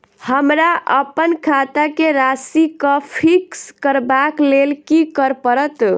हमरा अप्पन खाता केँ राशि कऽ फिक्स करबाक लेल की करऽ पड़त?